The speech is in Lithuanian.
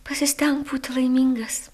pasistenk būti laimingas